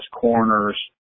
Corners